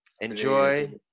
Enjoy